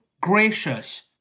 gracious